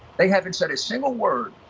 they haven't said a single word.